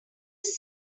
save